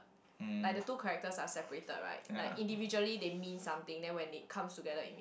like the two characters are separated right like individually they mean something then when they come together it means